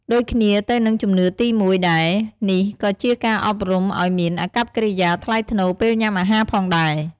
ដូចគ្នាទៅនឹងជំនឿទី១ ដែរ នេះក៏ជាការអប់រំឲ្យមានអាកប្បកិរិយាថ្លៃថ្នូរពេលញ៉ាំអាហារផងដែរ។